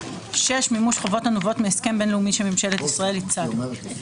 מימוש חובות הנובעות מהסכם בין-לאומי שממשלת ישראל היא צד לו.